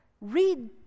Read